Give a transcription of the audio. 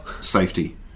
Safety